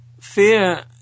fear